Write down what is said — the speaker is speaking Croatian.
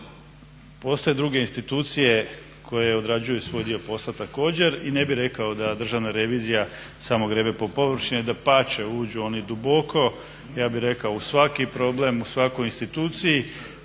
a postoje druge institucije koje odrađuju svoj dio posla također. I ne bih rekao da Državna revizija samo grebe po površini, dapače uđu oni duboko ja bih rekao u svaki problem, u svakoj instituciji.